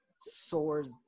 soars